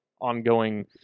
ongoing